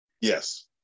Yes